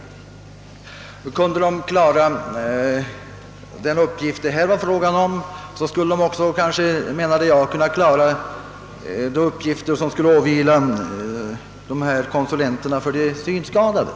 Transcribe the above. Och då menar jag, att om de klarar de uppgifter det är fråga om beträffande de rörelsehindrade kan de kanske också klara de uppgifter som skulle åvila konsulenterna för de synskadade.